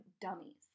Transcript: dummies